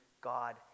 God